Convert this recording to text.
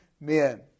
men